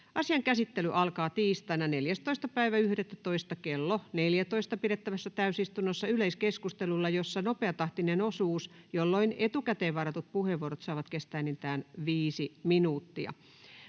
Asian käsittely alkaa tiistaina 14.11.2023 kello 14 pidettävässä täysistunnossa yleiskeskustelulla, jossa on nopeatahtinen osuus, jolloin etukäteen varatut puheenvuorot saavat kestää enintään viisi minuuttia.